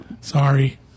Sorry